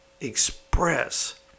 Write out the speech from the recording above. express